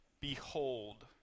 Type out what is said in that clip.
behold